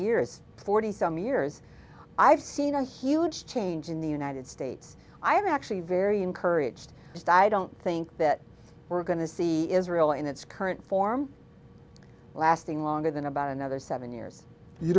years forty some years i've seen a huge change in the united states i am actually very encouraged just i don't think that we're going to see israel in its current form lasting longer than about another seven years you